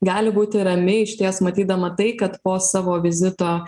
gali būti rami išties matydama tai kad po savo vizito